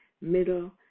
middle